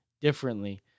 differently